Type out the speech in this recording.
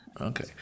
Okay